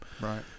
right